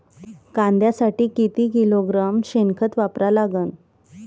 कांद्यासाठी किती किलोग्रॅम शेनखत वापरा लागन?